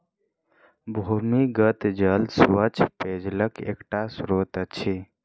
भूमिगत जल स्वच्छ पेयजलक एकटा स्त्रोत अछि